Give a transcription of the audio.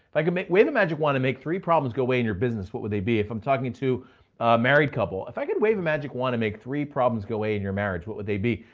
if i could wave a magic wand to make three problems go away in your business, what would they be? if i'm talking to a married couple, if i could wave a magic wand to make three problems go away in your marriage, what would they be?